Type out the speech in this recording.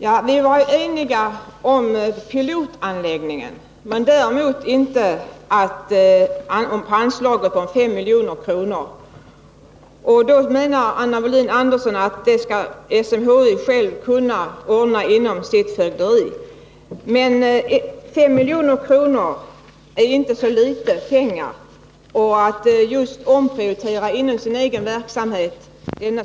Herr talman! Vi var eniga om pilotanläggningen, däremot inte om anslaget på 5 milj.kr. Anna Wohlin-Andersson menar att SMHI självt inom sitt fögderi kan omfördela pengarna. Men 5 milj.kr. är inte så litet, och är väl inte så lätt för SMHI att omprioritera inom sin egen verksamhet